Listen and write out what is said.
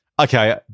Okay